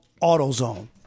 AutoZone